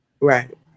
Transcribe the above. Right